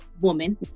woman